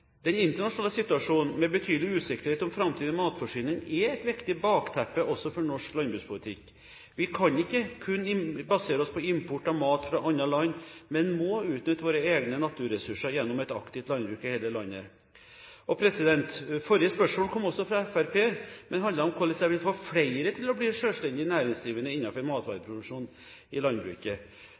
Den internasjonale situasjonen med betydelig usikkerhet om framtidig matforsyning er et viktig bakteppe, også for norsk landbrukspolitikk. Vi kan ikke kun basere oss på import av mat fra andre land, men må utnytte våre egne naturressurser gjennom et aktivt landbruk i hele landet. Forrige spørsmål kom også fra Fremskrittspartiet, men handlet om hvordan jeg kan få flere til å bli selvstendig næringsdrivende innenfor matvareproduksjonen i landbruket.